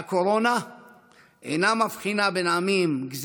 והקורונה אינה מבחינה בין עמים, גזעים,